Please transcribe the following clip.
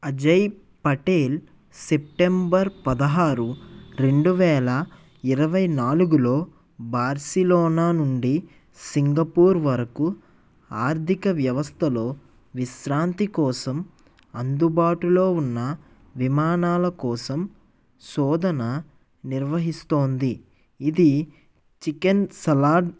Ajay Patel September పదహారు రెండు వేల ఇరవై నాలుగులో బార్సిలోనా నుండి సింగపూర్ వరకు ఆర్థిక వ్యవస్థలో విశ్రాంతి కోసం అందుబాటులో ఉన్న విమానాల కోసం శోధన నిర్వహిస్తోంది ఇది చికెన్ సలాడ్